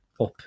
up